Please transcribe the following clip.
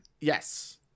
yes